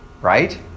right